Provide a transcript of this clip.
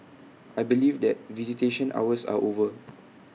I believe that visitation hours are over